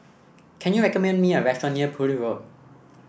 can you recommend me a restaurant near Poole Road